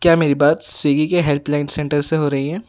کیا میری بات سوئگی کے ہیلپ لائن سینٹر سے ہو رہی ہے